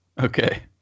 Okay